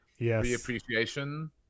re-appreciation